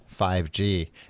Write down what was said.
5G